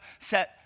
set